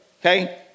okay